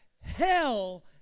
hell